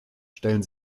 stellen